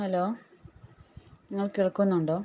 hello നിങ്ങൾ കേൾക്കുന്നുണ്ടോ